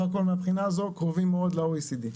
הכול מהבחינה הזו קרובים מאוד ל-OECD.